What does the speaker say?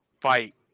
fight